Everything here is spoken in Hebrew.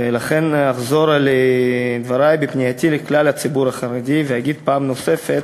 ולכן אחזור על דברי בפנייתי אל כלל הציבור החרדי ואגיד פעם נוספת: